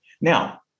Now